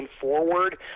forward